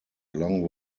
along